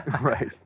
Right